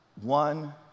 one